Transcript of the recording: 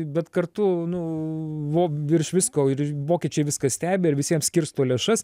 bet kartu nu vo virš visko ir vokiečiai viską stebi ir visiems skirsto lėšas